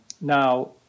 Now